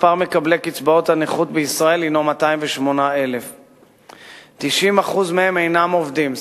מספר מקבלי קצבאות הנכות בישראל הינו 208,000. 90% מהם אינם עובדים,